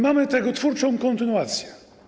Mamy tego twórczą kontynuację.